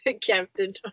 Captain